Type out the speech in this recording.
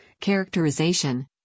characterization